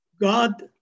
God